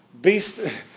Based